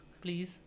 Please